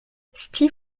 steve